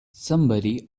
somebody